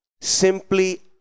simply